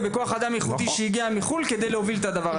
ובכוח אדם איכותי שהגיע מחו״ל כדי להוביל את הדבר הזה.